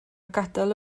gadael